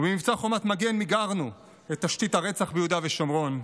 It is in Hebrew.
ובמבצע חומת מגן מיגרנו את תשתית הרצח ביהודה ושומרון,